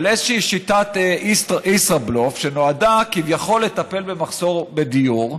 על איזושהי שיטת ישראבלוף שנועדה כביכול לטפל במחסור בדיור,